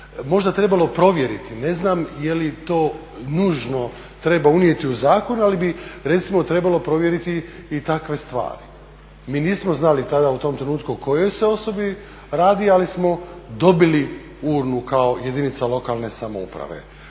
možda trebalo provjeriti, ne znam je li to nužno treba unijeti u zakon ali bi recimo trebalo provjeriti i takve stvari. Mi nismo znali tada u tom trenutku o kojoj se osobi radi ali smo dobili urnu kao jedinica lokalne samouprave.